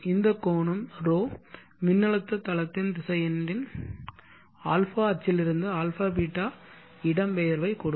இந்த கோணம் ρ மின்னழுத்த தளத்தின் திசையனின் α அச்சிலிருந்து αß இடப்பெயர்வை கொடுக்கும்